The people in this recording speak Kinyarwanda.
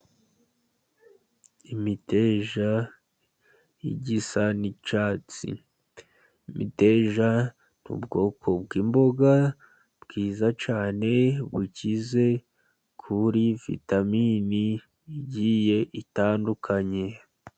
Imiteja ijya isa n'icyatsi. Imiteja ni ubwoko bw'imboga bwiza cyane, bukize kuri vitaminini zigiye zitandukanye.